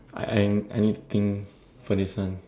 I I anything for this one